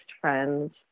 friends